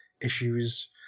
issues